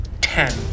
ten